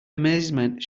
amazement